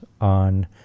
on